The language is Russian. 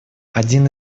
один